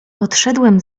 podszedłem